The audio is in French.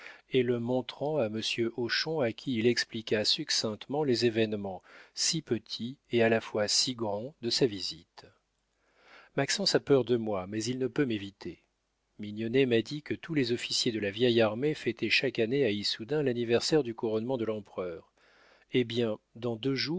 et le montrant à monsieur hochon à qui il expliqua succinctement les événements si petits et à la fois si grands de sa visite maxence a peur de moi mais il ne peut m'éviter mignonnet m'a dit que tous les officiers de la vieille armée fêtaient chaque année à issoudun l'anniversaire du couronnement de l'empereur eh bien dans deux jours